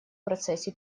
процессе